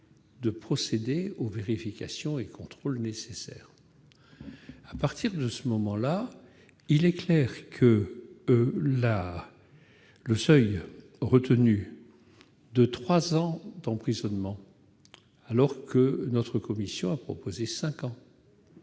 de procéder aux vérifications et aux contrôles nécessaires. Il est clair que le seuil retenu de trois ans d'emprisonnement, alors que la commission a proposé cinq ans,